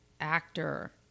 actor